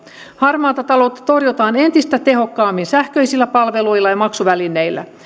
harmaata taloutta torjutaan entistä tehokkaammin sähköisillä palveluilla ja maksuvälineillä